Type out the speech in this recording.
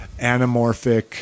anamorphic